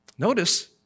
Notice